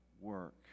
work